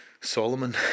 Solomon